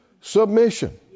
submission